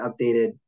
updated